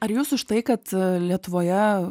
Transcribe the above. ar jūs už tai kad lietuvoje